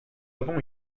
avons